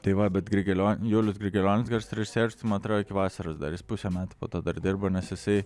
tai va bet grigelio julius grigelionis garso režisierius tai man atrodo iki vasaros dar jis pusę metų po to dar dirbo nes jisai